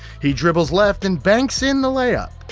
he dribbles left and banks in the lay up.